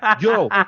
yo